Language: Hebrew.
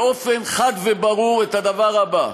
באופן חד וברור, את הדבר הבא: